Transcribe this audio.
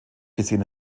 gesehen